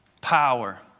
Power